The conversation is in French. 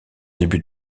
début